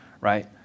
right